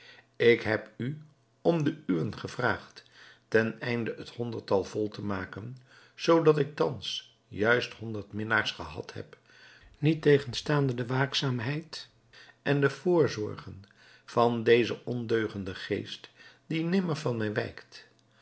ik heb u om de uwen gevraagd ten einde het honderdtal vol te maken zoo dat ik thans juist honderd minnaars gehad heb niet tegenstaande de waakzaamheid en de voorzorgen van dezen ondeugenden geest die nimmer van mij wijkt